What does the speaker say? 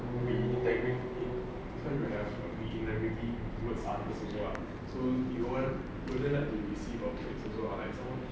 we integrate into that's why you will have a be integrity towards others also so you won't wouldn't like to receive a fix also lah like example